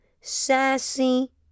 sassy